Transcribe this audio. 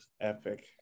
Epic